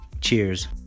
Cheers